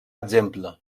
exemple